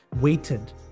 weighted